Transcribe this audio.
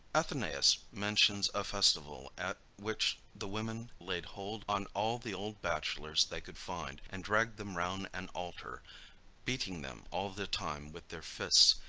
athenaeus mentions a festival, at which the women laid hold on all the old bachelors they could find, and dragged them round an altar beating them all the time with their fists,